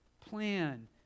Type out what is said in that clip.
plan